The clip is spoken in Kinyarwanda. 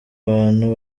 abantu